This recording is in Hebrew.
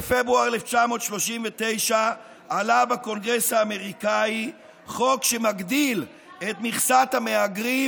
בפברואר 1939 עלה בקונגרס האמריקאי חוק שמגדיל את מכסת המהגרים